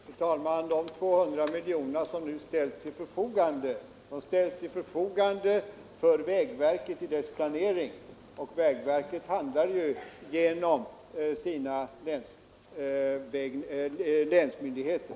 Fru talman! De 200 miljoner kronor som nu ställs till förfogande är avsedda för vägverket i dess planering, och vägverket handlar genom sina länsorgan.